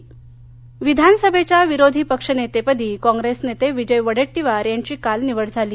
विरोधी पक्ष नेते विधानसभेच्या विरोधी पक्षनेतेपदी काँग्रेस नेते विजय वडेट्टीवार यांची काल निवड झाली